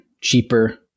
cheaper